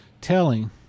telling